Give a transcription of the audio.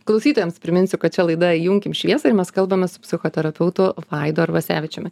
klausytojams priminsiu kad čia laida įjunkim šviesą ir mes kalbamės su psichoterapeutu vaidu arvasevičiumi